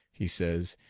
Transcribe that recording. he says,